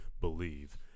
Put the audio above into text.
believe